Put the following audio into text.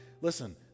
Listen